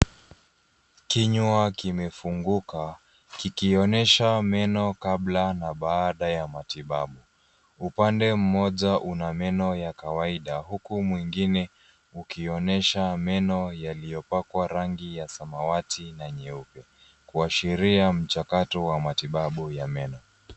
Kinywa kimefunguka kikionyesha meno kabla na baada ya matibabu. Upande mmoja una meno ya kawaida huku mwingine ukionyesha meno yaliyopakwa rangi ya samawati na nyeupe, kuashiria mjakato wa matibabu ya meno.